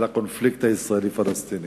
על הקונפליקט הישראלי-פלסטיני.